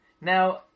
Now